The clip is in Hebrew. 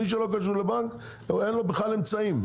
מי שלא קשור לבנק אין לו בכלל אמצעים.